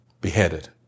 beheaded